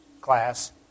class